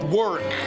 work